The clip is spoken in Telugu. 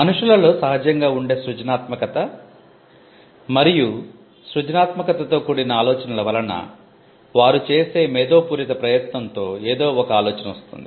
మనుష్యులలో సహజంగా ఉండే సృజనాత్మకత మరియు సృజనాత్మకతతో కూడిన ఆలోచనల వలన వారు చేసే మేధోపూరిత ప్రయత్నంతో ఏదో ఒక ఆలోచన వస్తుంది